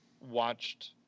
watched